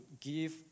give